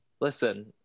Listen